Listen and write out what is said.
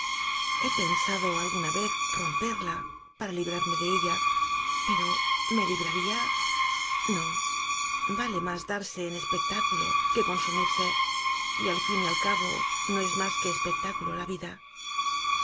he pensado alguna vez romperla para librarme de ella pero me libraría no vale más darse en espectáculo que consumirse y al fin y al cabo no es más que espectáculo la vida